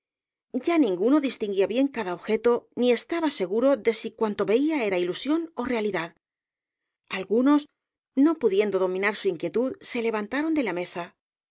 ya ninguno distinguía bien cada objeto ni estaba seguro de si cuanto veía era ilusión ó realidad algunos no pudiendo dominar su inquietud se levantaron de la mesa